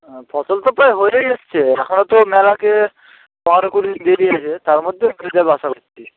ফসল তো প্রায় হয়েই এসছে এখনও তো মেলাকে পনেরো কুড়ি দেরি আছে তার মধ্যে দিয়ে দেবে আশা করছি